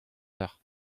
eur